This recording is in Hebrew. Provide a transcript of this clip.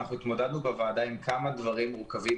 התמודדנו בוועדה עם כמה דברים מורכבים.